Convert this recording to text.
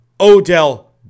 Odell